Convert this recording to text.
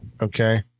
Okay